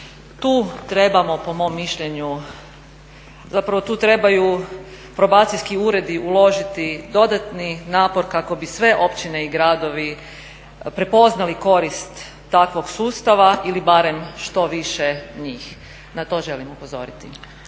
Tu trebamo po mom mišljenju, zapravo tu trebaju probacijski uredi uložiti dodatni napor kako bi sve općine i gradovi prepoznali korist takvog sustava ili barem što više njih. Na to želim upozoriti.